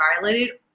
violated